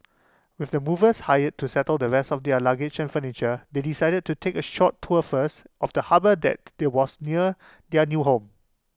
with the movers hired to settle the rest of their luggage and furniture they decided to take A short tour first of the harbour that they was near their new home